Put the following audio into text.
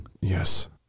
yes